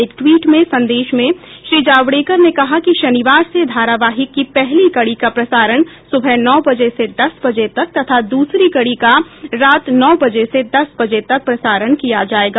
एक ट्वीट संदेश में श्री जावड़ेकर ने कहा कि धारावाहिक की पहली कड़ी का प्रसारण सुबह नौ बजे से दस बजे तक और दूसरी का रात नौ बजे से दस बजे तक किया जाएगा